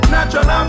Natural